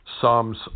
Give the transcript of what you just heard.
Psalms